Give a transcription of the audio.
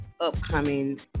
upcoming